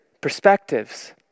perspectives